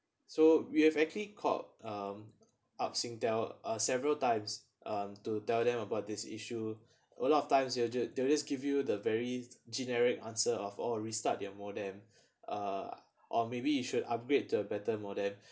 so we have actually called um up SingTel a several times um to tell them about this issue a lot of times they're just they're just give you the very generic answer of oh restart their modem uh or maybe you should upgrade to a better modem